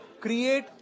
create